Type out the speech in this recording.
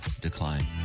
decline